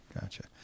Gotcha